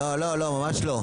--- לא, לא, ממש לא.